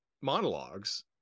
monologues